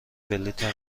بلیطم